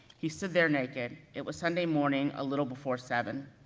he stood there naked. it was sunday morning, a little before seven.